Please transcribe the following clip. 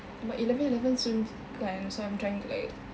sebab eleven eleven soon kan so I'm trying to like